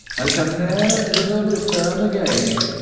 and can ne'er thither return again,